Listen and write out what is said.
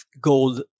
gold